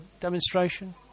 demonstration